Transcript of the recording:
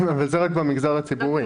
אבל זה רק במגזר הציבורי.